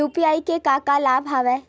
UPI के का का लाभ हवय?